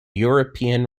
european